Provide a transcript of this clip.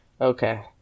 Okay